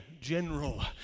general